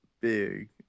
big